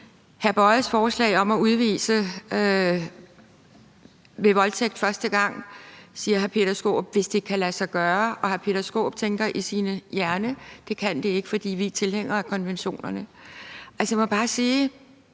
Matthiesens forslag om at udvise ved voldtægt den første gang siger hr. Peter Skaarup også, at det er, hvis det kan lade sig gøre, og hr. Peter Skaarup tænker i sin hjerne, at det kan det ikke, fordi man er tilhænger af konventionerne. Jeg må bare sige,